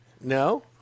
No